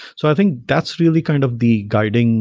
so i think that's really kind of the guiding